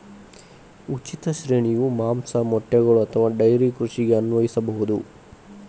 ಉಚಿತ ಶ್ರೇಣಿಯು ಮಾಂಸ, ಮೊಟ್ಟೆಗಳು ಅಥವಾ ಡೈರಿ ಕೃಷಿಗೆ ಅನ್ವಯಿಸಬಹುದು